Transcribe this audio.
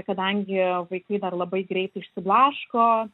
kadangi vaikai dar labai greit išsiblaško